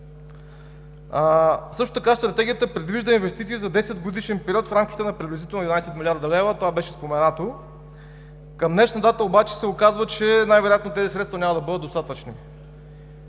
Също така Стратегията предвижда инвестиции за 10-годишен период в рамките на приблизително 11 млрд. лв., това беше споменато. Към днешна дата обаче се оказва, че най-вероятно тези средства няма да бъдат достатъчни.